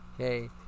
okay